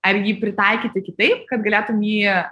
ar jį pritaikyti kitaip kad galėtum jį